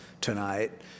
tonight